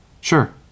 sure